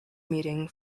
meeting